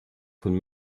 von